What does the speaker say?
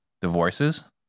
Divorces